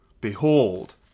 Behold